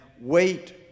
wait